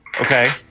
Okay